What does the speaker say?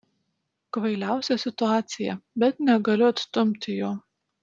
kvailiausia situacija bet negaliu atstumti jo